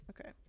Okay